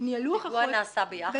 הפיגוע נעשה ביחד?